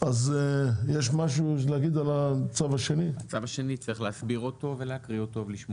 הישיבה ננעלה בשעה 11:37.